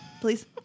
Please